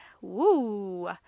Woo